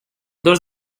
dos